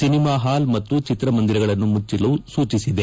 cinema hall ಮತ್ತು ಚಿತ್ರಮಂದಿರಗಳನ್ನು ಮುಚ್ಚಲು ಸೂಚಿಸಿದೆ